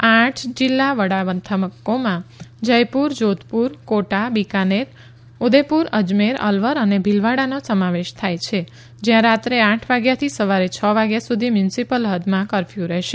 આ આઠ જિલ્લા વડા મથકોમાં જયપુર જોધપુર કોટા બિકાનેર ઉદેપુર અજમેર અલવર અને ભિલવાડાનો સમાવેશ થાય છે જ્યાં રાત્રે આઠ વાગ્યાથી સવારે છ વાગ્યા સુધી મ્યુનિસીપલ હદમાં કફર્યું રહેશે